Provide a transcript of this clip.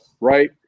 Right